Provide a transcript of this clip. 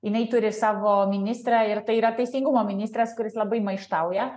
jinai turi savo ministrą ir tai yra teisingumo ministras kuris labai maištauja